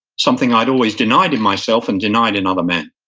something i'd always denied in myself and denied in other men.